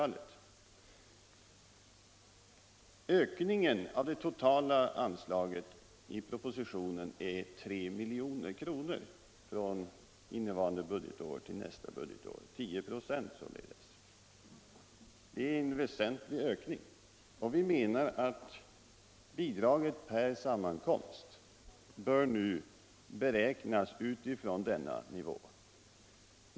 Ökningen av det totala anslaget i propositionen är 3 milj.kr. från innevarande budgetår till nästa budgetår - 10 96 således. Det är en väsentlig ökning, och vi menar att bidraget per sammankomst nu bör beräknas utifrån denna nivå.